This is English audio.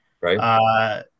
Right